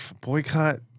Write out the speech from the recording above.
boycott